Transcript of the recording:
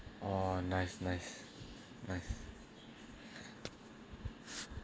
oh nice nice nice